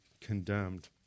condemned